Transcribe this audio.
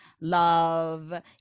love